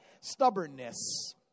stubbornness